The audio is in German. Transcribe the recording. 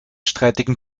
streitigen